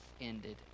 ended